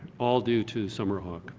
all due to summer hawk.